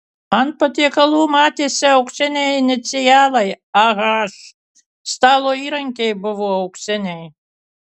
ant patiekalų matėsi auksiniai inicialai ah stalo įrankiai buvo auksiniai